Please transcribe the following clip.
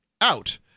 out